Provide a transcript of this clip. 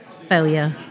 failure